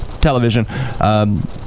television